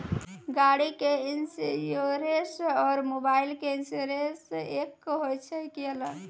गाड़ी के इंश्योरेंस और मोबाइल के इंश्योरेंस एक होय छै कि अलग?